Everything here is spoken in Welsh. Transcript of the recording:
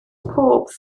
pob